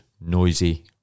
noisy